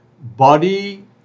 body